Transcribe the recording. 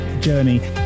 journey